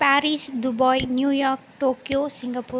Paris Dubai New York Tokyo Singapore